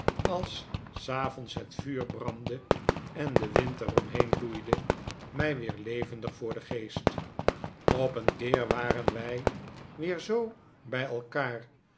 als s avonds het vuur brandde en de wind er omheen loeide mij weer levendig voor den geest op een keer waren wij weer zoo bij elkaar